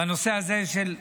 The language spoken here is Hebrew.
בנושא הזה של,